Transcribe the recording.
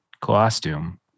costume